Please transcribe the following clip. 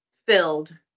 filled